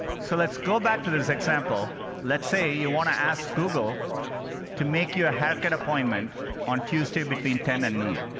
so, let's go back to this example. let's say you want to ask google to make you a haircut appointment on tuesday between ten and noon.